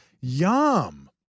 Yum